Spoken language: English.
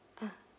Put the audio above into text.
ah